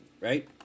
right